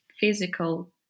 physical